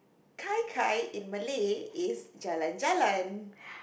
kai kai in Malay is jalan-jalan